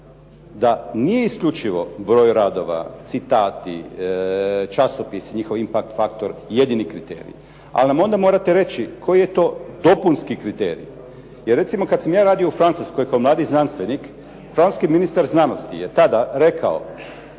da nije isključivo broj radova, citati, časopisi njihov …/Govornik se ne razumije./… jedini kriterij. Ali nam onda morate reći koji je to dopunski kriterij. Jer recimo kada sam ja radio u Francuskoj kao mladi znanstvenik francuski ministar znanosti je tada rekao